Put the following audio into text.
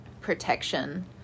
protection